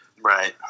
Right